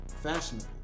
fashionable